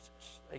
Jesus